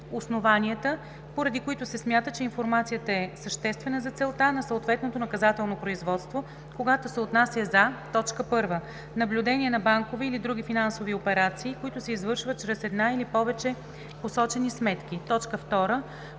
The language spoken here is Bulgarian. поради които се смята, че информацията е съществена за целта на съответното наказателно производство, когато се отнася за: 1. наблюдение на банкови или други финансови операции, които се извършват чрез една или повече посочени сметки; 2.